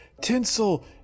Tinsel